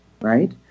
right